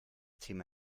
thema